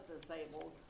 disabled